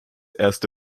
erste